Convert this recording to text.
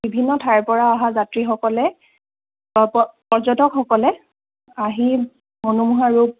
বিভিন্ন ঠাইৰ পৰা অহা যাত্ৰীসকলে পৰ্য্যটকসকলে আহি মনোমোহা ৰূপ